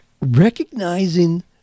recognizing